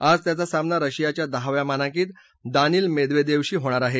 आज त्याचा सामना रशियाच्या दहाव्या मानांकित दानिल मेद्रेदेवशी होणार आहे